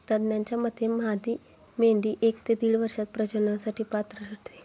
तज्ज्ञांच्या मते मादी मेंढी एक ते दीड वर्षात प्रजननासाठी पात्र ठरते